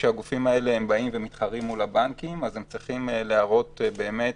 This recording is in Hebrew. כשהגופים האלה באים ומתחרים מול הבנקים הם צריכים להראות באמת